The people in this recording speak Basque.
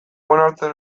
onartzen